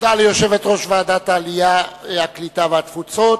תודה ליושבת-ראש ועדת העלייה, הקליטה והתפוצות.